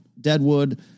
Deadwood